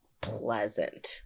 pleasant